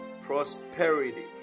Prosperity